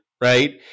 right